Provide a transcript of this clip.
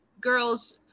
Girls